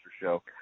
show